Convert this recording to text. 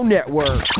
Network